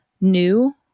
new